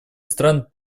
стран